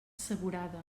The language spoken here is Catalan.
assegurada